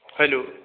hello